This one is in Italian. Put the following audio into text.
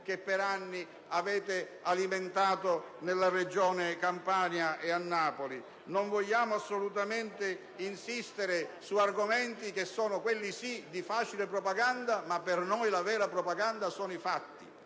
che per anni avete alimentato nella Regione Campania e a Napoli. Non vogliamo assolutamente insistere su argomenti, quelli sì, di facile propaganda. Per noi la vera propaganda sono i fatti.